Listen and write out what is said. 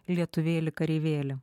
lietuvėli kareivėli